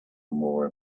more